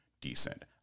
decent